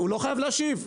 הוא לא חייב להשיב,